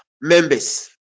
members